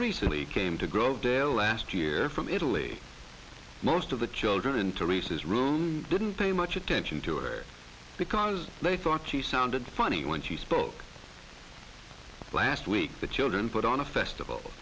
recently came to grow dale last year from italy most of the children in teresa's room didn't pay much attention to it because they thought she sounded funny when she spoke last week the children put on a festival